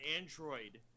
Android